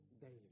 daily